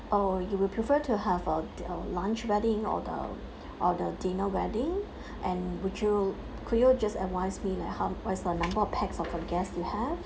oh you will prefer to have uh a lunch wedding or the or the dinner wedding and would you could you just advise me like how what's the number of pax of the guests you have